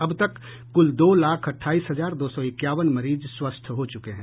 अब तक कुल दो लाख अहाईस हजार दो सौ इकयावन मरीज सवस्थ हो चुके हैं